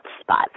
spot